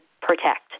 protect